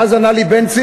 ואז ענה לי בנצי: